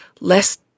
less